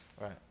Right